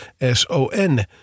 S-O-N